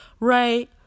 Right